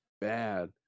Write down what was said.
Bad